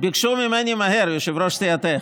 ביקשו ממני מהר, יושב-ראש סיעתך.